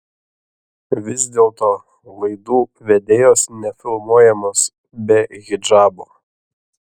vis dėlto laidų vedėjos nefilmuojamos be hidžabo